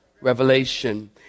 Revelation